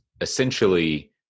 essentially